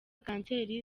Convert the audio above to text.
kanseri